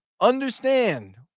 Understand